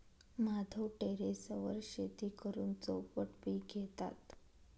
माधव टेरेसवर शेती करून चौपट पीक घेतात